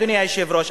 אדוני היושב-ראש,